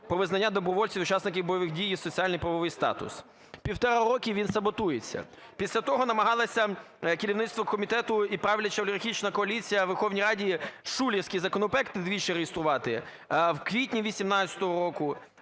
про визнання добровольців учасниками бойових дій, їх соціально і правовий статус. Півтори роки він саботується. Після того намагалося керівництво комітету і правляча олігархічна коаліція у Верховній Раді шулерський законопроект двічі реєструвати в квітні 18-го